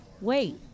wait